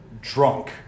drunk